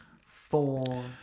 Four